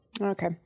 Okay